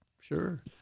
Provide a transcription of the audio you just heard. sure